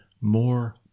more